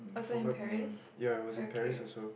forgot the name ya it was in Paris also